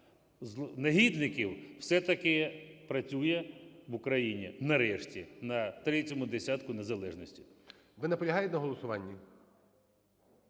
негідників все-таки працює в Україні нарешті на третьому десятку незалежності. ГОЛОВУЮЧИЙ. Ви наполягаєте на голосуванні?